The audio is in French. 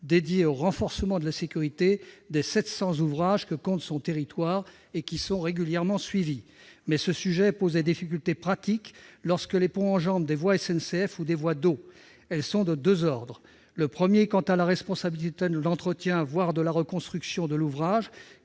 dédié au renforcement de la sécurité des 700 ouvrages que compte son territoire et qui sont régulièrement suivis. Mais ce sujet pose des difficultés pratiques lorsque les ponts enjambent des voies SNCF ou des voies d'eau. Ces difficultés sont de deux ordres : premièrement, la responsabilité relative à l'entretien voire à la reconstruction de l'ouvrage